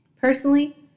Personally